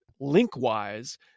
link-wise